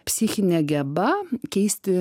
psichinė geba keisti